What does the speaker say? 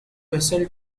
vessel